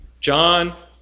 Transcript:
John